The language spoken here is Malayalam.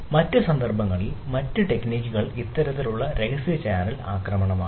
മറ്റ് സന്ദർഭങ്ങളിൽ മറ്റ് തരത്തിലുള്ള ടെക്നിക്കുകൾ ഇത്തരത്തിലുള്ള രഹസ്യ ചാനൽ ആക്രമണമാണ്